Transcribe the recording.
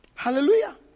Hallelujah